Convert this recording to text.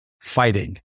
fighting